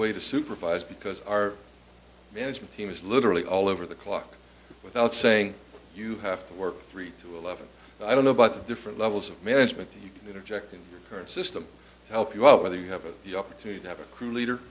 way to supervise because our management team is literally all over the clock without saying you have to work three to eleven i don't know but different levels of management you can interject in current system to help you out whether you have a huge opportunity to have a crew leader